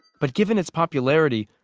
but given its popularity,